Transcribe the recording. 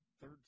third